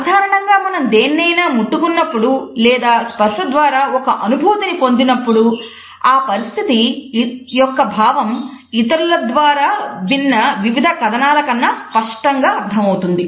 సాధారణంగా మనం దేన్నైనా ముట్టుకున్నప్పుడు లేదా స్పర్స ద్వారా ఒక అనుభూతిని పొందినప్పుడు ఆ పరిస్థితి యొక్క భావం ఇతరుల ద్వారా విన్నవివిధ కధనాల కన్నా స్పష్టంగా అర్థమవుతుంది